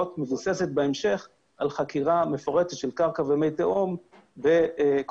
מבוססת בהמשך על חקירה מפורטת של קרקע ומי תהום וכל